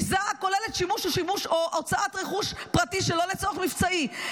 ביזה הכוללת שימוש או הוצאת רכוש פרטי שלא לצורך מבצעי,